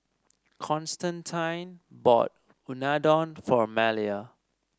Constantine bought Unadon for Malia